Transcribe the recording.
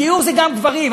גיור זה גם גברים.